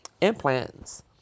implants